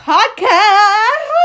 Podcast